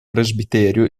presbiterio